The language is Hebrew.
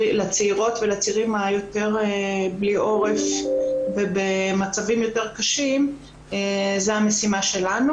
לצעירות ולצעירים היותר בלי עורף ובמצבים יותר קשים זו המשימה שלנו.